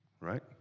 Right